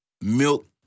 Milk